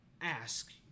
ask